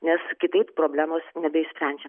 nes kitaip problemos nebeišsprendžiam